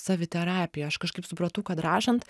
saviterapiją aš kažkaip supratau kad rašant